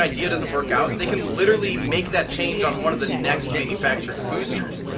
idea doesn't work out, they can literally make that change on one of the next manufactured boosters.